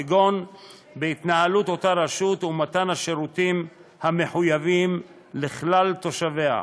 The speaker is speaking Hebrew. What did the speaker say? כגון בהתנהלות אותה רשות ומתן השירותים המחויבים לכלל תושביה.